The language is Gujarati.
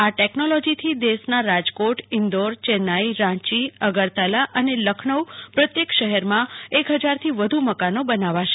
આ ટેકનોલોજીથી દેશના રાજકોટઇંદોર ચેન્નાઇ રાંચી અગરતાલા અને લખનઉ પ્રત્યેક શહેરમાં હજારથી વધુ મકાનો બનાવાશે